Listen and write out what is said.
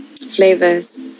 flavors